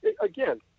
Again